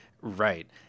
Right